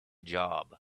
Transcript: job